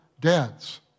dads